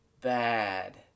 bad